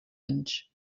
anys